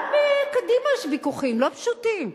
גם בקדימה יש ויכוחים לא פשוטים,